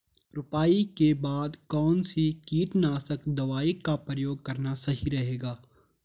रुपाई के बाद कौन सी कीटनाशक दवाई का प्रयोग करना सही रहेगा?